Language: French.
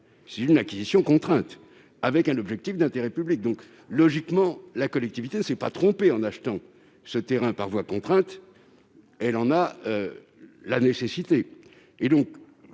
d'une acquisition contrainte avec un objectif d'intérêt public. Aussi, logiquement, la collectivité ne s'est pas trompée en achetant ce terrain par voie de contrainte : c'est pour elle une nécessité.